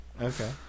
okay